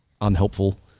unhelpful